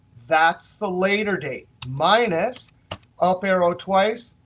that's the later date, minus up arrow twice,